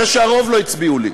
נראה שהרוב לא הצביעו לי,